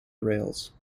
rails